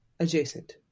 adjacent